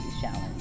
challenge